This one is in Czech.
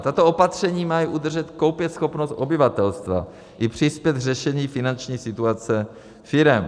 Tato opatření mají udržet koupěschopnost obyvatelstva i přispět k řešení finanční situace firem.